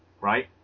right